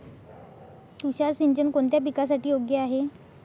तुषार सिंचन कोणत्या पिकासाठी योग्य आहे?